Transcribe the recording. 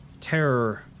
Terror